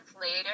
later